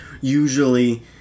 usually